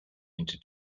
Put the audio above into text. into